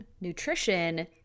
nutrition